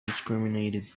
discriminated